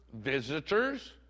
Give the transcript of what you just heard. visitors